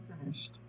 finished